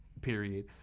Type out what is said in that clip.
period